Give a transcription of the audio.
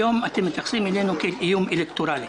היום זה איום אלקטורלי.